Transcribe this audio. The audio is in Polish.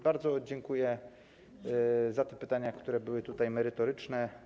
Bardzo dziękuję za te pytania, które były merytoryczne.